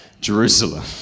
Jerusalem